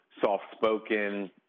soft-spoken